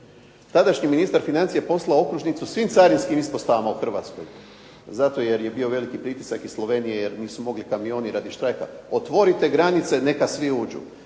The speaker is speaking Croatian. tadašnji ministar financija poslao okružnicu svim carinskim ispostavama u Hrvatskoj zato jer je bio veliki pritisak iz Slovenije jer nisu mogli kamioni radi štrajka, otvorite granice neka svi uđu,